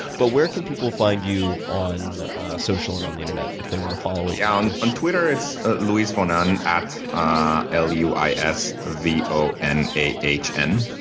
but where can people find you on social and on the internet if they want to follow you? yeah, ah um on twitter it's at luisvonahn at ah l u i s v o n a h n.